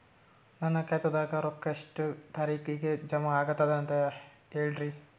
ನನ್ನ ಖಾತಾದಾಗ ರೊಕ್ಕ ಎಷ್ಟ ತಾರೀಖಿಗೆ ಜಮಾ ಆಗತದ ದ ಅಂತ ಹೇಳರಿ?